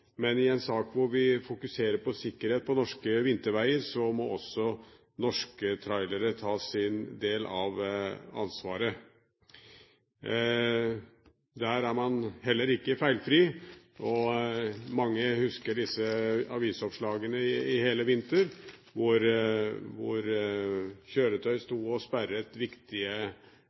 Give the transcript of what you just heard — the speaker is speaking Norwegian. men i en sak hvor vi fokuserer på sikkerhet på norske vinterveger, må også norske trailere ta sin del av ansvaret. Der er man heller ikke feilfri, og mange husker disse avisoppslagene i hele vinter om kjøretøy som sto og